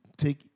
take